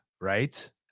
right